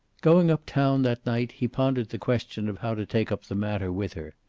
going up-town that night he pondered the question of how to take up the matter with her.